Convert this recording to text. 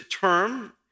term